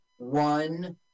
One